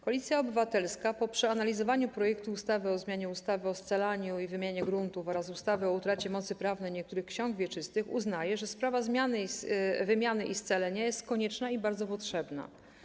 Koalicja Obywatelska po przeanalizowaniu projektu ustawy o zmianie ustawy o scalaniu i wymianie gruntów oraz ustawy o utracie mocy prawnej niektórych ksiąg wieczystych uznaje, że proces wymiany i scalenia gruntów jest konieczny i bardzo potrzebny.